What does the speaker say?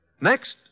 Next